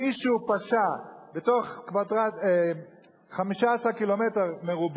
אם מישהו פשע בתוך 15 קמ"ר,